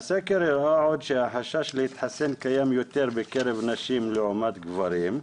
הסקר הראה עוד שהחשש להתחסן קיים יותר בקרב נשים לעומת גברים.